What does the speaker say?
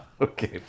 Okay